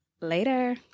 Later